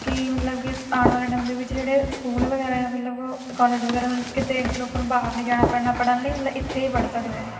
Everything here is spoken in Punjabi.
ਕਿ ਮਤਲਬ ਕਿ ਸ ਆਉਣ ਵਾਲੇ ਟਾਈਮ ਦੇ ਵਿੱਚ ਜਿਹੜੇ ਸਕੂਲ ਵਗੈਰਾ ਹੈ ਮਤਲਬ ਕੋਲਜ ਵਗੈਰਾ ਕਿਤੇ ਲੋਕਾਂ ਨੂੰ ਬਾਹਰ ਨਹੀਂ ਜਾਣਾ ਪੈਣਾ ਪੜ੍ਹਨ ਲਈ ਮਤਲਵ ਇੱਥੇ ਹੀ ਪੜ੍ਹ ਸਕਦੇ ਹਾਂ